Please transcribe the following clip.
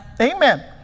Amen